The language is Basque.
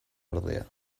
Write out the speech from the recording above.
ordea